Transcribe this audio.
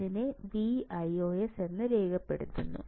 ഇതിനെ Vios എന്ന് രേഖപ്പെടുത്തുന്നു